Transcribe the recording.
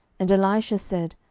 and elisha said,